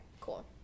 cool